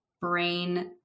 brain